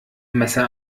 messer